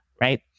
right